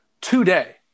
today